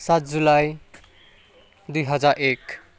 सात जुलाई दुई हजार एक